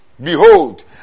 Behold